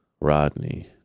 Rodney